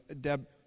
Deb